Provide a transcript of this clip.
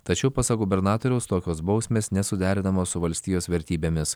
tačiau pasak gubernatoriaus tokios bausmės nesuderinamos su valstijos vertybėmis